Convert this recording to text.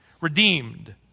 redeemed